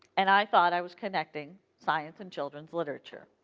and i thought i was connecting science and children's literature.